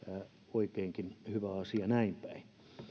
oikeinkin hyvä asia näinpäin